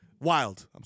wild